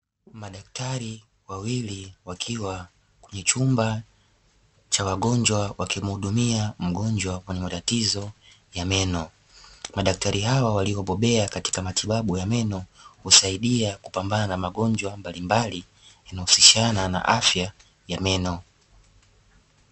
Madaktari wawili wakiwa kwenye chumba cha wagonjwa ,wakimhudumia mgonjwa mwenye matatizo ya meno, madaktari hao waliobobea katika matibabu ya meno, husaidia kupambana na magonjwa mbalimbali yanayohusishana na afya ya meno.